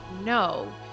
no